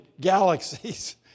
galaxies